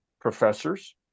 professors